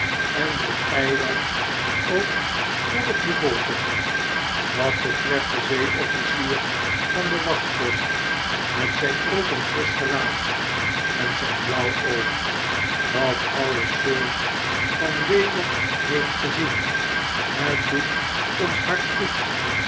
en dat eiland ook spoedig bevolken wat betreft de zeeofficier van de wachtpost met zyn open frisch gelaat en'zyn blauw oog dat alle soort van weder heeft gezien het doet ons hart goed